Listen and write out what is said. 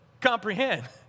comprehend